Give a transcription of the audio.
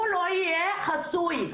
הוא לא יהיה חסוי.